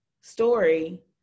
story